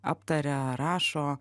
aptaria rašo